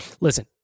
listen